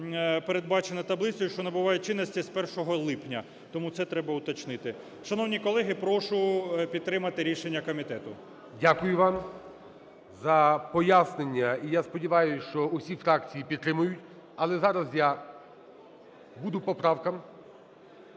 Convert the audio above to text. передбачено таблицею, що набуває чинності з 1 липня. Тому це треба уточнити. Шановні колеги, прошу підтримати рішення комітету. ГОЛОВУЮЧИЙ. Дякую вам за пояснення. І я сподіваюсь, що усі фракції підтримають. Але зараз буду по правкам